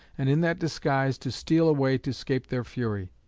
and in that disguise to steal away to scape their fury.